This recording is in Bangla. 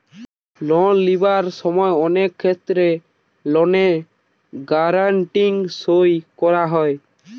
লোন লিবার সময় অনেক ক্ষেত্রে লোন গ্যারান্টি সই করা হয়